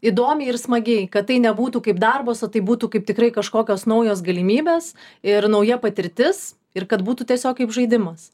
įdomiai ir smagiai kad tai nebūtų kaip darbas o tai būtų kaip tikrai kažkokios naujos galimybės ir nauja patirtis ir kad būtų tiesiog kaip žaidimas